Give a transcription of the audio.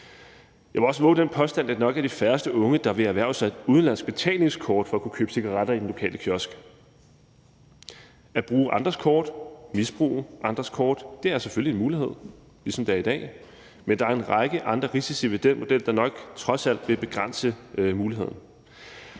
Jeg vil også vove den påstand, at det nok er de færreste unge, der vil erhverve sig et udenlandsk betalingskort for at kunne købe cigaretter i den lokale kiosk. Det at misbruge andres kort er selvfølgelig en mulighed, ligesom det er i dag, men der er en række andre risici ved den model, der nok trods alt vil begrænse det.